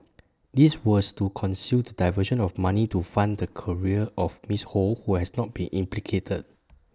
this was to conceal the diversion of money to fund the career of miss ho who has not been implicated